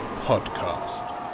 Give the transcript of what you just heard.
podcast